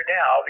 now